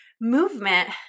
Movement